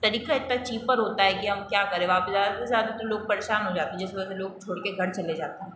तरीका इतना चीपर होता है कि हम क्या करें वहाँ पे ज़्यादा से ज़्यादा तो लोग परेशान हो जाते हैं इस वजह से लोग छोड़ के घर चले जाते हैं